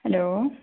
hello